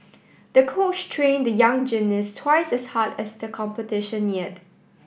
the coach trained the young gymnist twice as hard as the competition neared